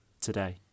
today